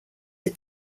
had